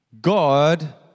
God